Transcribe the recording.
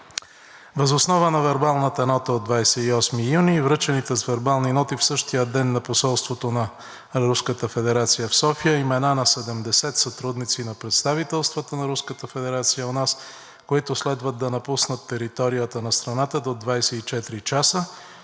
Въз основа на вербалната нота от 28 юни и връчените с вербални ноти в същия ден на посолството на Руската федерация в София имена на 70 сътрудници на представителствата на Руската федерация у нас, които следва да напуснат територията на страната до 24 часа,